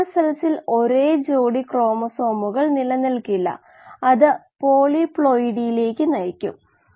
Fi എന്നത് t യുടെ ഒരു ഫംഗ്ഷനാണ് xi എന്നത് t ന്റെ ഒരു ഫംഗ്ഷനാണ്